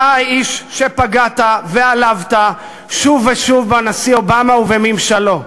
אתה האיש שפגע ועלב שוב ושוב בנשיא אובמה ובממשלו.